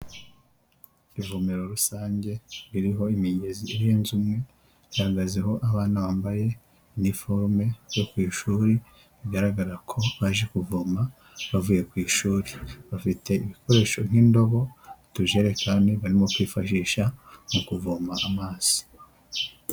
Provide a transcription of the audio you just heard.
Ivomero rusange ririho imigezi irenze umwe, ihagazeho abana bambaye iniforume yo ku ishuri, bigaragara ko baje kuvoma bavuye ku ishuri, bafite ibikoresho nk'indobo, utujerekani barimo kwifashisha mu kuvoma amazi.